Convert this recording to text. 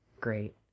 great